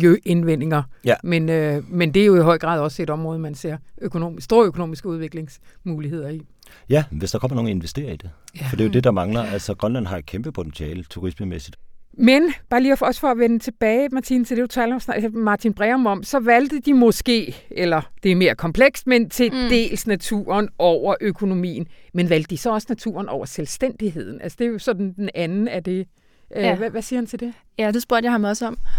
miljøindvendinger. Ja. Men, øh, men det er jo i høj grad også et område, man ser økonomi- store økonomiske udviklingsmuligheder i. Ja, hvis der kommer nogen at investere i det. For det er jo Ja. det, der mangler. Ja. Altså, Grønland har et kæmpe potentiale turismemæssigt. Men bare lige for- også for at vende tilbage, Martin, til det, du taler om snak- Martin Breum om, så valgte de måske, eller det er mere komplekst, men til Mm. dels naturen over økonomien. Men valgte de så også naturen over selvstændigheden? Altså, det er jo sådan den anden af det. Øh, Ja. hva- hvad siger han til det? Ja, det spurgte jeg ham også om.